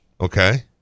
Okay